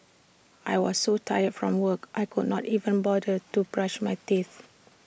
I was so tired from work I could not even bother to brush my teeth